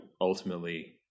ultimately